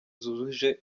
zujuje